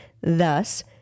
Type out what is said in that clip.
Thus